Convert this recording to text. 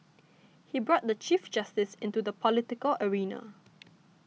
he brought the Chief Justice into the political arena